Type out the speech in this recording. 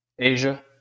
Asia